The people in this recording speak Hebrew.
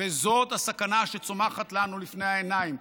וזו הסכנה שצומחת לנו לפני העיניים.